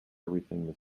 everything